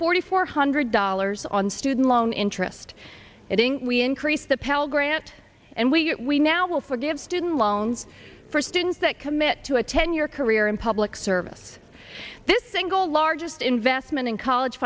forty four hundred dollars on student loan interest it is we increased the pell grant and we we now will forgive student loans for students that commit to a ten year career in public service this single largest investment in college